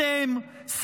אתם,